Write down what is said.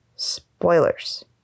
Spoilers